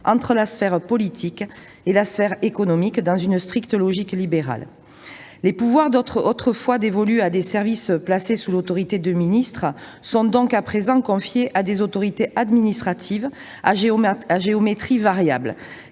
entre la sphère politique et la sphère économique, dans une stricte logique libérale. Les pouvoirs autrefois dévolus à des services placés sous l'autorité de ministres sont donc à présent confiés à des autorités administratives à géométrie variable,